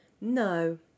No